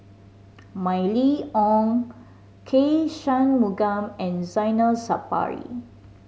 Mylene Ong K Shanmugam and Zainal Sapari